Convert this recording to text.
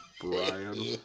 Brian